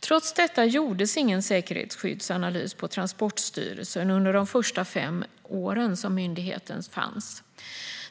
Trots detta gjordes ingen säkerhetsskyddsanalys på Transportsstyrelsen under de första fem år som myndigheten fanns.